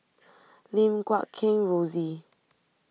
Lim Guat Kheng Rosie